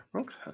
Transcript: Okay